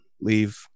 leave